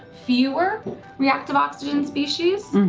fewer reactive oxygen species,